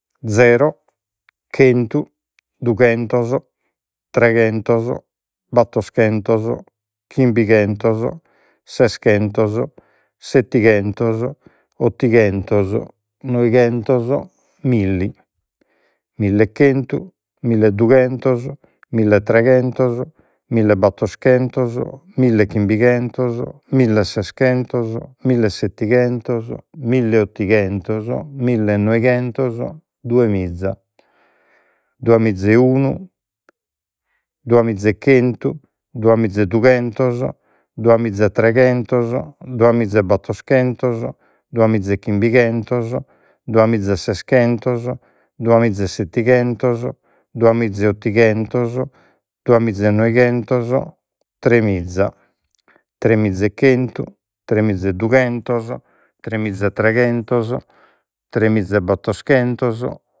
Zero chentu dughentos treghentos battoschentos chimbichentos seschentos settighentos ottighentos noighentos milli milli e chentu milli e dughentos milli e treghentos milli e battoschentos milli e chimbighentos milli e seschentos milli e settighentos milli e ottighentos milli e noighentos duemiza duemiza e unu duemiza e chentu duemiza e dughentos duemiza e treghentos duemiza e battoschentos duemiza e chimbighentos duemiza e seschentos duemiza e settighentos duemiza e ottighentos duemiza e noighentos tremiza tremiza e chentu tremiza e dughentos tremiza e treghentos tremiza e battoschentos